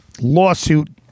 lawsuit